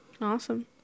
Awesome